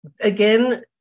again